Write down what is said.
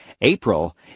April